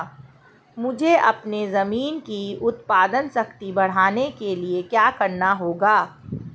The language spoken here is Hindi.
मुझे अपनी ज़मीन की उत्पादन शक्ति बढ़ाने के लिए क्या करना होगा?